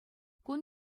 кун